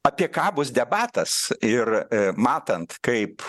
apie ką bus debatas ir matant kaip